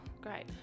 great